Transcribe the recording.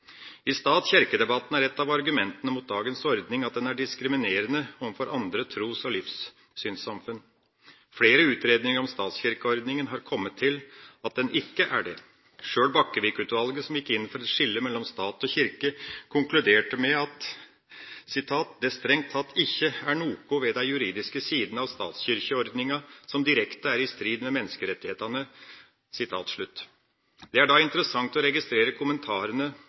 I stat–kirke-debatten er et av argumentene mot dagens ordning at den er diskriminerende overfor andre tros- og livssynssamfunn. Flere utredninger om statskirkeordninga har kommet til at den ikke er det. Sjøl Bakkevig-utvalget, som gikk inn for et skille mellom stat og kirke, konkluderte med «at det strengt tatt ikkje er noko ved dei juridiske sidene av statskyrkjeordninga som direkte er i strid med menneskerettane». Det er da interessant å registrere kommentarene